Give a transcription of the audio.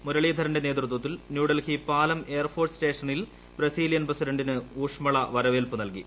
മുരളീധരന്റെ നേതൃത്വത്തിൽ ന്യൂഡൽഹി പാലം എയർഫോഴ്സ് സ്റ്റേഷനിൽ ബ്രസീലിയൻ പ്രസിഡന്റിന് ഊഷ്മള വരവേൽപ്പ് നൽകി